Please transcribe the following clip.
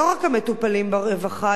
לא רק המטופלים ברווחה,